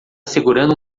segurando